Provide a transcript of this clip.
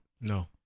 No